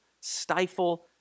stifle